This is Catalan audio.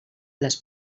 les